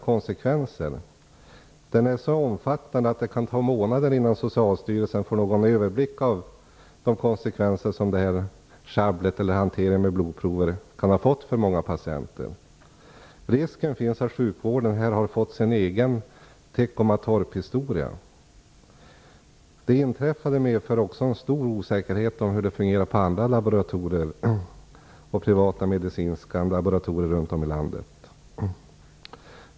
Detta är så omfattande att det kan ta månader innan Socialstyrelsen får någon överblick över de konsekvenser som den här hanteringen av blodprover kan ha fått för många patienter. Det finns en risk för att sjukvården här har fått sin egen Teckomatorphistoria. Det inträffade medför också en stor osäkerhet om hur det fungerar på andra privata medicinska laboratorier runt om i landet.